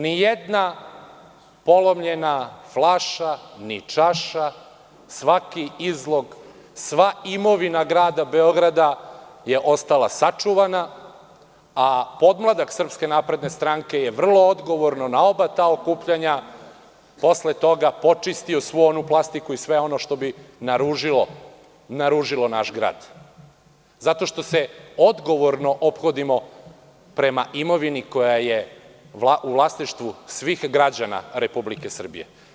Nijedna polomljena flaša, čaša, svaki izlog, sva imovina grada Beograda je ostala sačuvana, a podmladak SNS je vrlo odgovorno na oba ta okupljanja posle toga počistio svu onu plastiku i ono što bi naružilo naš grad, zato što se odgovorno ophodimo prema imovini koja je u vlasništvu svih građana Republike Srbije.